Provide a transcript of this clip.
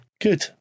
good